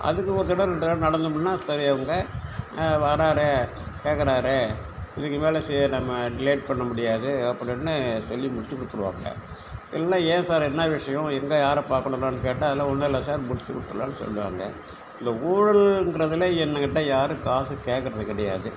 அதுக்கு ஒரு தடவ ரெண்டு தடவ நடந்தோம்னா சரியாவுங்க வராரே கேட்குறாரே இதுக்கு மேலே செய்ய நம்ம லேட் பண்ண முடியாது அப்படின்னு சொல்லி முடிச்சு கொடுத்துருவாங்க இல்லைன்னா ஏன் சார் என்ன விஷயம் எங்கே யாரை பார்க்கணும் நான்னு கேட்டால் அதலாம் ஒன்றும் இல்லை சார் முடிச்சு கொடுத்துர்லான்னு சொல்லுவாங்கள் இதில் ஊழலுங்கிறதுலே என்னுக்கிட்டே யாரும் காசு கேட்கறது கிடையாது